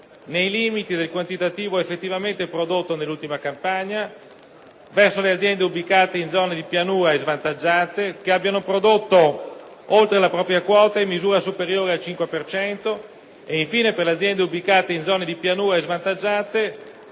nei limiti del quantitativo effettivamente prodotto nell'ultima campagna; verso le aziende ubicate in zone di pianura e svantaggiate, che abbiano prodotto oltre la propria quota in misura superiore al cinque per cento; infine per le aziende ubicate in zone di pianura e svantaggiate